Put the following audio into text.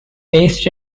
based